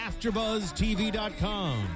AfterBuzzTV.com